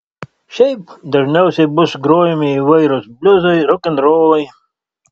šiaip dažniausiai bus grojami įvairūs bliuzai rokenrolai